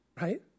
right